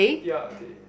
ya a day